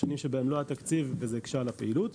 שנים שבהן לא היה תקציב וזה הקשה על הפעילות.